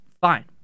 fine